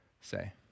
say